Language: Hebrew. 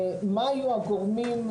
מה היו הגורמים,